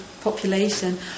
population